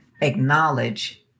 acknowledge